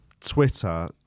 Twitter